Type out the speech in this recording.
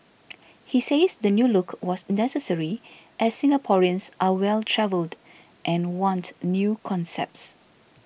he says the new look was necessary as Singaporeans are well travelled and want new concepts